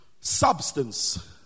substance